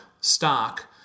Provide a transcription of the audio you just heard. stock